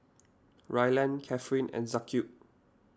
Ryland Catherine and Jaquez